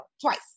twice